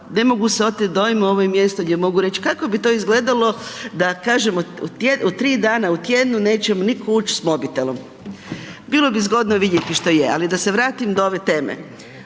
ne mogu se otet dojmu, ovo je mjesto gdje mogu reć kako bi to izgledalo da kažemo 3 dana u tjednu neće mi nitko ući s mobitelom. Bilo bi zgodno vidjeti što je ali da se vratim do ove teme.